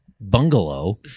bungalow